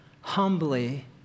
humbly